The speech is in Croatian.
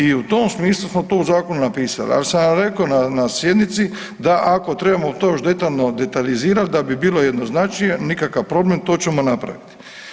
I u tom smislu smo to u zakonu napisali, ali sam vam rekao na sjednici da ako trebamo to još detaljno detaljizirati da bi bilo jednoznačnije nikakav problem to ćemo napraviti.